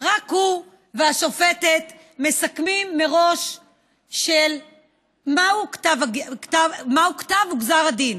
רק הוא והשופטת מסכמים מראש מהו גזר הדין.